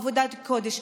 עבודת קודש,